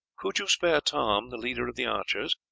could you spare tom, the leader of the archers?